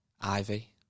Ivy